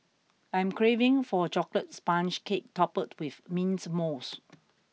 I am craving for a chocolate sponge cake toppled with mint mousse